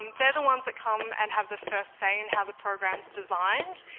um they're the ones that come and have the first say in how the program is designed.